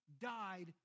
died